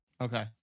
Okay